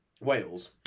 Wales